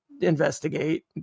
investigate